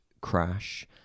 crash